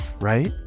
right